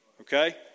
Okay